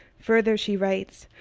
further she writes,